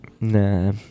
Nah